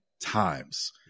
times